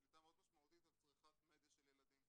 שליטה מאוד משמעותית על צריכת מדיה של ילדים.